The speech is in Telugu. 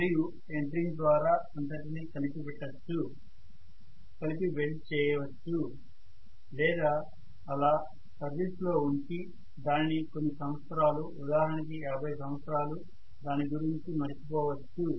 మరియు ఎండ్ రింగ్ ద్వారా అంతటినీ కలిపి పెట్టొచ్చు కలిపి వెల్డ్ చేయొచ్చు లేదా ఆలా సర్వీస్ లోఉంచి దానిని కొన్ని సంవత్సరాలు ఉదాహరణకి 50 సంవత్సరాలు దాని గురించి మరిచిపోవచ్చు